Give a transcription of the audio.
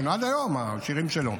עד היום, השירים שלו,